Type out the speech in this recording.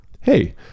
Hey